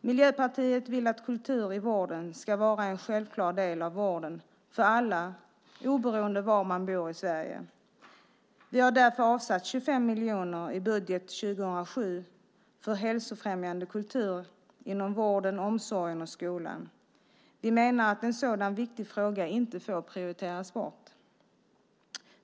Miljöpartiet vill att kultur ska vara en självklar del av vården för alla, oberoende av var i Sverige man bor. Vi har därför avsatt 25 miljoner i budgeten för 2007 för hälsofrämjande kultur inom vården, omsorgen och skolan. Vi menar att en sådan viktig fråga inte får prioriteras bort.